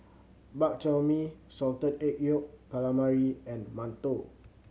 Bak Chor Mee Salted Egg Yolk Calamari and mantou